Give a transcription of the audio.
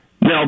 No